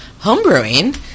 homebrewing